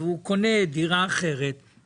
והם קונים דירה אחרת שלא מקבלן.